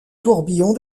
tourbillon